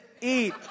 Eat